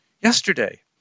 yesterday